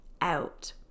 out